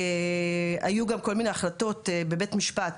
היו גם כל מיני החלטות בבית משפט,